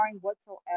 whatsoever